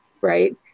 right